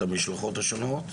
את המשלחות השונות,